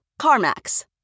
CarMax